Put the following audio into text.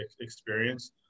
experience